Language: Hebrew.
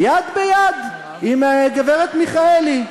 יד ביד עם גברת מיכאלי.